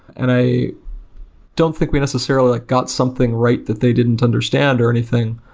and i don't think we necessarily like got something right that they didn't understand or anything.